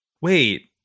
Wait